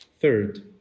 Third